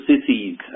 cities